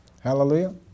Hallelujah